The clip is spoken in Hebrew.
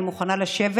אני מוכנה לשבת